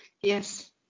Yes